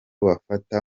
bafata